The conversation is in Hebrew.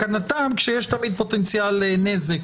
בתקנתם כשיש תמיד פוטנציאל לנזק